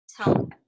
tell